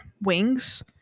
wings